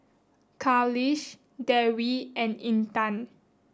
Khalish Dewi and Intan